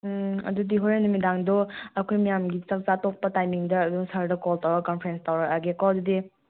ꯑꯗꯨꯗꯤ ꯍꯣꯔꯦꯟ ꯅꯨꯃꯤꯗꯥꯡꯗꯣ ꯑꯩꯈꯣꯏ ꯃꯌꯥꯝꯒꯤ ꯆꯥꯛ ꯆꯥꯕ ꯇꯣꯛꯄ ꯇꯥꯏꯃꯤꯡꯗ ꯁꯔꯗ ꯀꯣꯜ ꯇꯧꯔꯒ ꯀꯟꯐꯔꯦꯟꯁ ꯇꯧꯔꯛꯑꯒꯦꯀꯣ ꯑꯗꯨꯗꯤ